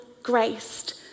graced